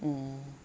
mm